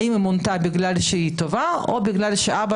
האם היא מונתה בגלל שהיא טובה או בגלל שאבא